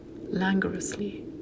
languorously